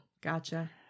gotcha